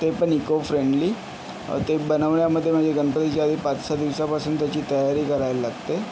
ते पण इकोफ्रेंडली ते बनवण्यामध्ये माझे गणपतीच्या आधी पाच सहा दिवसांपासून त्याची तयारी करायला लागते